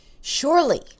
Surely